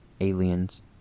aliens